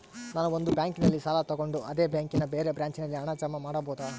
ನಾನು ಒಂದು ಬ್ಯಾಂಕಿನಲ್ಲಿ ಸಾಲ ತಗೊಂಡು ಅದೇ ಬ್ಯಾಂಕಿನ ಬೇರೆ ಬ್ರಾಂಚಿನಲ್ಲಿ ಹಣ ಜಮಾ ಮಾಡಬೋದ?